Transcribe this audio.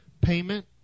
payment